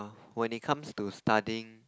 when it comes to studying